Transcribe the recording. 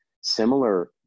similar